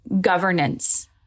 governance